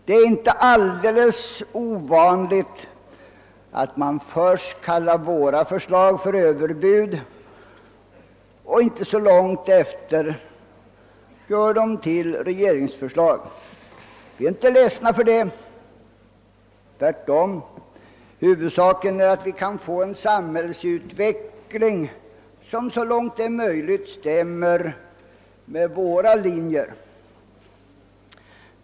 Det är inte alldeles ovanligt att man först kallar våra förslag för överbud och inte så långt därefter gör dem till regeringsförslag. Vi är inte ledsna för det — tvärtom. Huvudsaken är att vi kan få till stånd en samhällsutveckling som så långt det är möjligt överensstämmer med våra linjer.